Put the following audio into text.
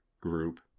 group